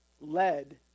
led